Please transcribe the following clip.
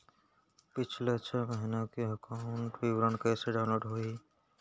पिछला छः महीना के एकाउंट विवरण कइसे डाऊनलोड होही?